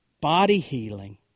body-healing